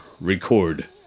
record